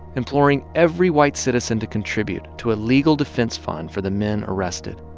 imploring every white citizen to contribute to a legal defense fund for the men arrested.